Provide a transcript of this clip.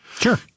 Sure